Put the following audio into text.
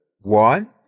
one